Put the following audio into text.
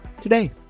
today